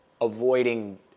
avoiding